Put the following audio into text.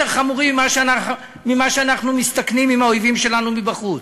חמורים ממה שאנחנו מסתכנים מהאויבים שלנו מבחוץ.